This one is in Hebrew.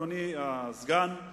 אדוני הסגן,